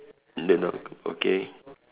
then o~ okay